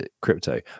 crypto